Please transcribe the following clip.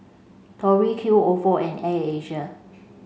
Tori Q Ofo and Air Asia